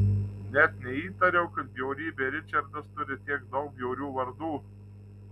net neįtariau kad bjaurybė ričardas turi tiek daug bjaurių vardų